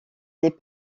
des